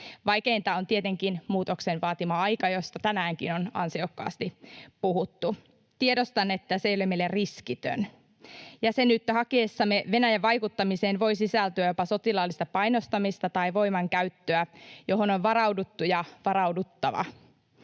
Vaikeinta on tietenkin muutoksen vaatima aika, josta tänäänkin on ansiokkaasti puhuttu. Tiedostan, että se ei ole meille riskitön. Jäsenyyttä hakiessamme Venäjän vaikuttamiseen voi sisältyä jopa sotilaallista painostamista tai voimankäyttöä, johon on varauduttu ja varauduttava.